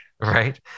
Right